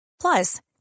Plus